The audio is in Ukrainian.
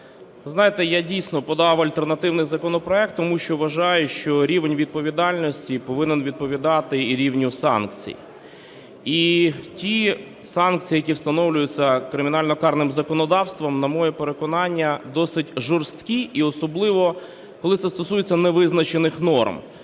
Знаєте, я дійсно подав альтернативний законопроект, тому що вважаю, що рівень відповідальності повинен відповідати і рівню санкцій. І ті санкції, які встановлюються кримінально-карним законодавством, на моє переконання, досить жорсткі, особливо коли це стосується невизначених норм,